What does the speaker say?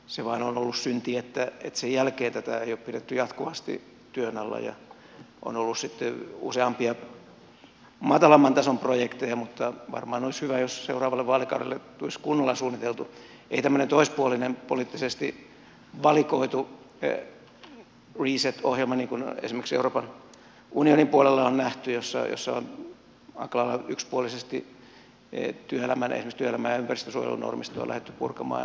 se vain on ollut syntiä että sen jälkeen tätä ei ole pidetty jatkuvasti työn alla on ollut sitten useampia matalamman tason projekteja mutta varmaan olisi hyvä jos seuraavalle vaalikaudelle tulisi kunnolla suunniteltu ei tämmöinen toispuolinen poliittisesti valikoitu reset ohjelma niin kuin esimerkiksi euroopan unionin puolella on nähty jossa on aika lailla yksipuolisesti esimerkiksi työelämän ja ympäristönsuojelun normistoa lähdetty purkamaan